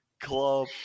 club